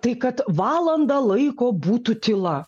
tai kad valandą laiko būtų tyla